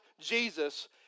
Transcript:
Jesus